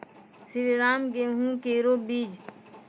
श्रीराम गेहूँ केरो बीज?